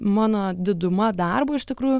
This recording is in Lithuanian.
mano diduma darbo iš tikrųjų